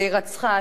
בהירצחה,